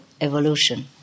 evolution